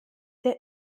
der